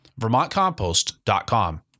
VermontCompost.com